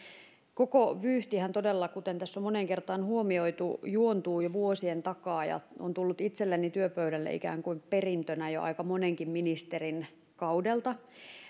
koko vyyhtihän todella kuten tässä on moneen kertaan huomioitu juontuu jo vuosien takaa ja on tullut itselleni työpöydälle ikään kuin perintönä jo aika monenkin ministerin kaudelta